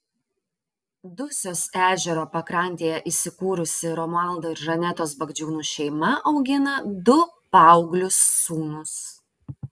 dusios ežero pakrantėje įsikūrusi romualdo ir žanetos bagdžiūnų šeima augina du paauglius sūnus